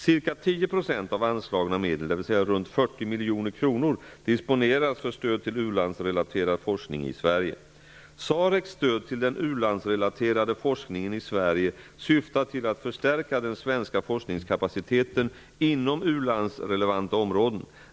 Ca 10 % av anslagna medel, dvs. runt 40 SAREC:s stöd till den u-landsrelaterade forskningen i Sverige syftar till att förstärka den svenska forskningskapaciteten inom ulandsrelevanta områden.